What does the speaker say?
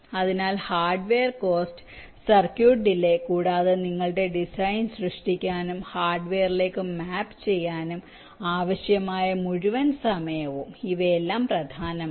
അതിനാൽ hardware cost circuit delay കൂടാതെ നിങ്ങളുടെ ഡിസൈൻ സൃഷ്ടിക്കാനും ഹാർഡ്വെയറിലേക്ക് മാപ്പ് ചെയ്യാനും ആവശ്യമായ മുഴുവൻ സമയവും ഇവയെല്ലാം പ്രധാനമാണ്